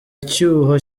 icyuho